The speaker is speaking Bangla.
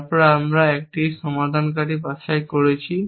তারপর আমরা 1টি সমাধানকারী বাছাই করছি